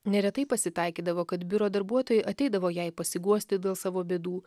neretai pasitaikydavo kad biuro darbuotojai ateidavo jai pasiguosti dėl savo bėdų